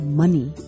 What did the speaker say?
money